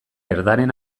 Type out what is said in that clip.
erdaren